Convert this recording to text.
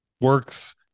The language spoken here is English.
works